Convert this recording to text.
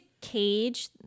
cage